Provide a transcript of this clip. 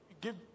give